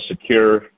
secure